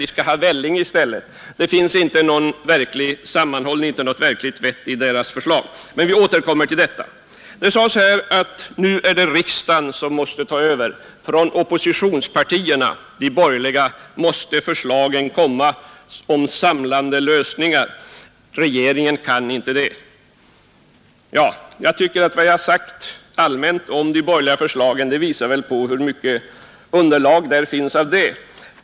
De skall ha välling i stället.” Det finns ingen verklig sammanhållning, inget verkligt vett i oppositionens förslag. Men vi återkommer till detta. Det sades här att det nu är riksdagen som måste ta över; från oppositionspartierna, från de borgerliga måste förslagen om samlade lösningar komma. Regeringen kan inte prestera några sådana lösningar. Jag tycker att vad jag sagt rent allmänt om de borgerliga förslagen visar hur mycket underlag det finns för det påståendet.